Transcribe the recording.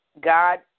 God